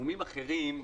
בתחומים אחרים,